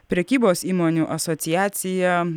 prekybos įmonių asociacija